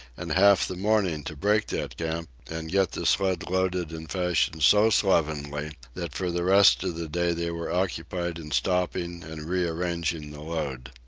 and half the morning to break that camp and get the sled loaded in fashion so slovenly that for the rest of the day they were occupied in stopping and rearranging the load.